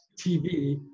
TV